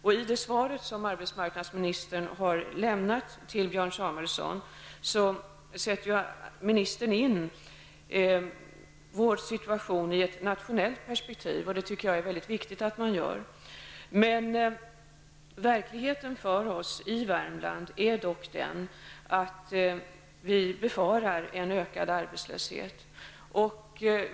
I det svar som arbetsmarknadsministern har lämnat till Björn Samuelson sätter ministern in Värmlands situation i ett nationellt perspektiv. Det tycker jag är viktigt att vi gör. Men verkligheten för oss i Värmland är dock den att vi befarar en ökad arbetslöshet.